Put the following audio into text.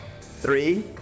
three